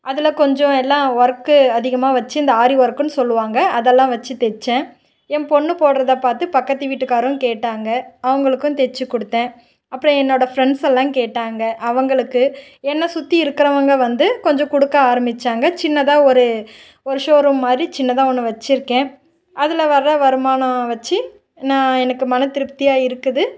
அதில் கொஞ்சம் எல்லாம் ஒர்க்கு அதிகமாக வச்சி இந்த ஆரி ஒர்க்குன்னு சொல்லுவாங்க அதெல்லாம் வச்சி தச்சேன் என் பொண்ணு போடுறத பார்த்து பக்கத்து வீட்டுக்காரம் கேட்டாங்க அவங்களுக்கும் தச்சிக் கொடுத்தேன் அப்புறம் என்னோடய ஃப்ரெண்ட்ஸ் எல்லாம் கேட்டாங்க அவங்களுக்கு என்னை சுற்றி இருக்கிறவங்க வந்து கொஞ்சம் கொடுக்க ஆரம்மிச்சாங்க சின்னதாக ஒரு ஒரு ஷோரூம் மாதிரி சின்னதாக ஒன்று வெச்சிருக்கேன் அதில் வர வருமானம் வச்சி நான் எனக்கு மனத்திருப்தியாக இருக்குது